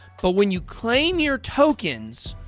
but when you claim your tokens,